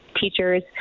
teachers